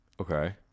Okay